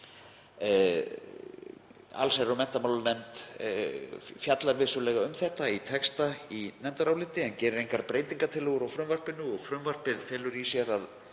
Allsherjar- og menntamálanefnd fjallar vissulega um þetta í texta í nefndaráliti en gerir engar breytingartillögur við frumvarpið og frumvarpið felur í sér að